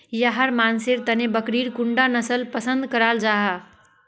याहर मानसेर तने बकरीर कुंडा नसल पसंद कराल जाहा?